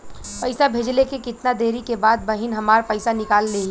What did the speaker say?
पैसा भेजले के कितना देरी के बाद बहिन हमार पैसा निकाल लिहे?